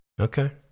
Okay